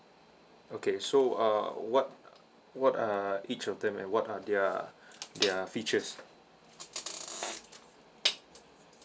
okay so uh what what are each of them and what are their their features